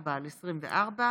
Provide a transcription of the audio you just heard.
פ/34/24,